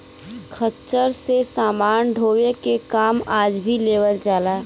खच्चर से समान ढोवे के काम आज भी लेवल जाला